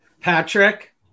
patrick